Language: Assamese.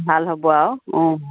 ভাল হ'ব আৰু অঁ